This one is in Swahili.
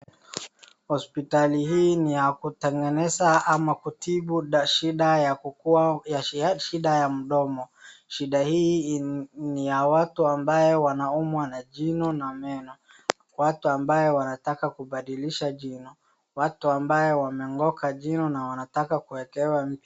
Hospitali hii ni ya kutengeneza ama kutibu shida ya mdomo, shida hii ni ya watu ambao wanaumwa na jino na meno, watu ambao wanataka kubadilisha jino, watu ambao wameng'oka jino na wanataka kuekewa.